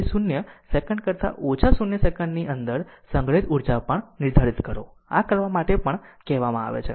તેથી 0 સેકંડ કરતા ઓછા 0 સેકંડની અંદર સંગ્રહિત ઊર્જા પણ નિર્ધારિત કરો આ કરવા માટે પણ કહેવામાં આવે છે